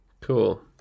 Cool